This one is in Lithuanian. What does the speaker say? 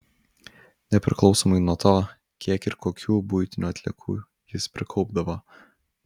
nepriklausomai nuo to kiek ir kokių buitinių atliekų jis prikaupdavo